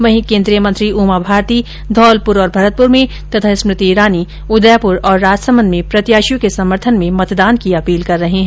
वहीं केन्द्रीय मंत्री उमा भारती धौलपुर और भरतपुर में तथा स्मृति ईरानी उदयपुर और राजसमंद में प्रत्याशियों के समर्थन में मतदान की अपील कर रहे है